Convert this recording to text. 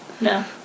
No